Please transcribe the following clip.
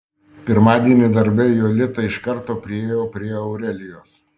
pirmadienį darbe jolita iš karto priėjo prie aurelijos